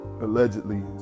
allegedly